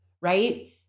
Right